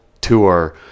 tour